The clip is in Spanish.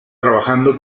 trabajando